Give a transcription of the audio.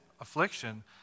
affliction